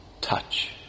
Touch